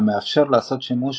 המאפשר לעשות שימוש